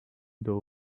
doe